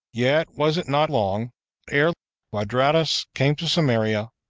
yet was it not long ere quadratus came to samaria,